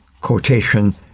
quotation